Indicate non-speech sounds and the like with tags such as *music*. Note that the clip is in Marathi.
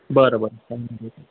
बरं बरं *unintelligible*